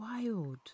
wild